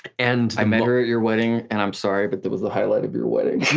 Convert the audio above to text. and i met her at your wedding, and i'm sorry, but that was the highlight of your wedding. no,